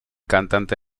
cantante